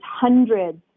hundreds